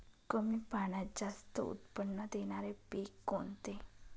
कमी पाण्यात जास्त उत्त्पन्न देणारे पीक कोणते?